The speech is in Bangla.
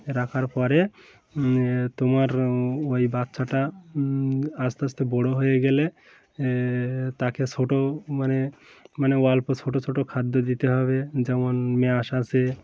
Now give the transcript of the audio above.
রাখার পরে তোমার ওই বাচ্চাটা আস্তে আস্তে বড়ো হয়ে গেলে তাকে ছোটো মানে মানে অল্প ছোটো ছোটো খাদ্য দিতে হবে যেমন মেশ আসে